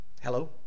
hello